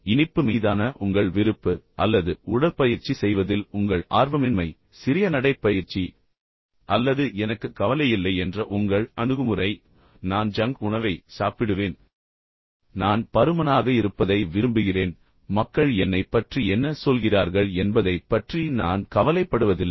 இனிப்பு மீதான உங்கள் விருப்பு அல்லது உடற்பயிற்சி செய்வதில் உங்கள் ஆர்வமின்மை சிறிய நடைப்பயிற்சி அல்லது எனக்கு கவலையில்லை என்ற உங்கள் அணுகுமுறை நான் ஜங்க் உணவை சாப்பிடுவேன் பின்னர் நான் பருமனாகவும் குண்டாகவும் இருப்பதை விரும்புகிறேன் எனவே மக்கள் என்னைப் பற்றி என்ன சொல்கிறார்கள் என்பதைப் பற்றி நான் கவலைப்படுவதில்லை